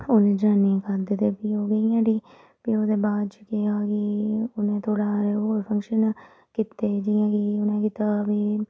उ'नें जनानियें खाद्धे ते फ्ही ओह् गेइयां उठी फ्ही ओह्दे बाद च केह ऐ कि उ'नें थोह्ड़े हारें होर फंगशन कीते जियां कि उ'नें कीता